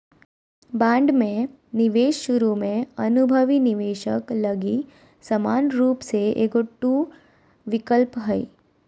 bond में निवेश शुरु में अनुभवी निवेशक लगी समान रूप से एगो टू विकल्प हइ